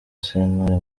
sentore